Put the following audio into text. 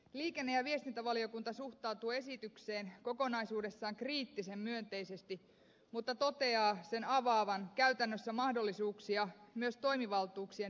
liikenne ja viestintävaliokunta suhtautuu esitykseen kokonaisuudessaan kriittisen myönteisesti mutta toteaa sen avaavan käytännössä mahdollisuuksia myös toimivaltuuksien väärinkäyttöön